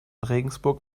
regensburg